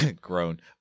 grown